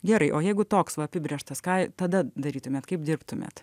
gerai o jeigu toks va apibrėžtas ką tada darytumėt kaip dirbtumėt